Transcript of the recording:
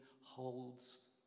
holds